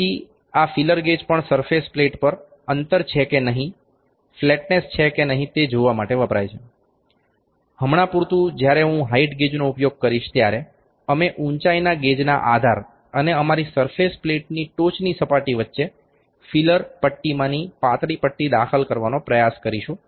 તેથી આ feeler gauge પણ સરફેસ પ્લેટ પર અંતર છે કે નહીં ફ્લેટનેસ છે કે નહીં તે જોવા વપરાય છે હમણાં પૂરતું જ્યારે હું હાઇટ ગેજનો ઉપયોગ કરીશ ત્યારે અમે ઉંચાઇના ગેજના આધાર અને અમારી સરફેસ પ્લેટની ટોચની સપાટી વચ્ચે ફીલર પટ્ટીમાંની પાતળી પટ્ટી દાખલ કરવાનો પ્રયાસ કરીશું